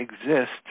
exist